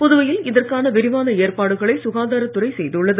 புதுவையில் இதற்கான விரிவான ஏற்பாடுகளை சுகாதாரத்துறை செய்துள்ளது